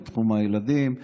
בתחומי הילדים וכו'